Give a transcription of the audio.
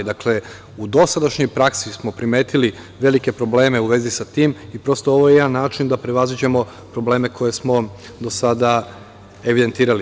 U dosadašnjoj praksi smo primetili velike probleme u vezi sa tim i prosto, ovo je jedan način da prevaziđemo probleme koje smo do sada evidentirali.